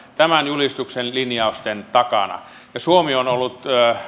tämän julistuksen linjausten takana ja suomi on ollut